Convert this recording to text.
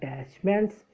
attachments